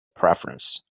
preference